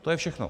To je všechno.